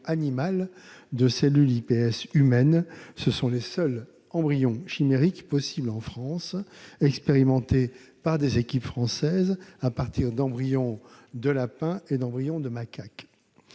de cellules iPS humaines : ce sont les seuls embryons chimériques possibles en France, expérimentés par des équipes françaises à partir d'embryons de lapins et de macaques.